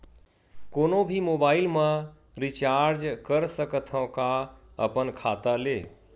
कोनो भी मोबाइल मा रिचार्ज कर सकथव का अपन खाता ले?